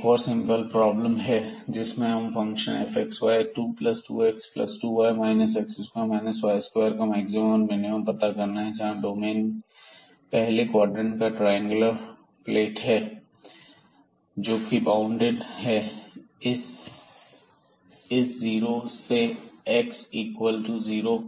यह एक और सिंपल प्रॉब्लम है जिसने हमें फंक्शन fxy22x2y x2 y2 का मैक्सिमम और मिनिमम पता करना है जहां डोमेन पहले क्वाड्रेंट का ट्रायंगुलर प्लेट है जोकि बाउंडेड है इस जीरो से x इक्वल टू जीरो